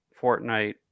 fortnite